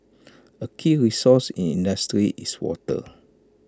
A key resource in industry is water